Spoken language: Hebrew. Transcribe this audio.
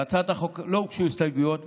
להצעת החוק לא הוגשו הסתייגויות,